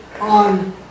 on